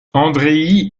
andrei